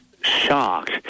shocked